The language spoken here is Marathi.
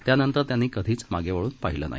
त्यानंतर त्यांनी कधीच मागे वळून पाहिले नाही